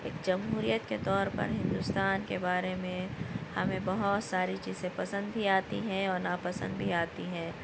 جمہوریت کے طور پر ہندوستان کے بارے میں ہمیں بہت ساری چیزیں پسند بھی آتی ہیں اور ناپسند بھی آتی ہیں